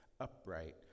upright